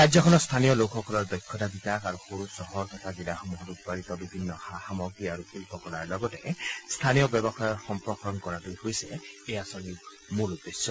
ৰাজ্যখনৰ স্থনীয় লোকসকলৰ দক্ষতা বিকাশ আৰু সৰু চহৰ আৰু জিলাসমূহত উৎপাদিত বিভিন্ন সা সামগ্ৰী শিল্পকলাৰ লগতে স্থানীয় ব্যৱসায়ৰ সম্প্ৰসাৰণ কৰাটোৱে এই আঁচনিৰ মূল উদ্দেশ্য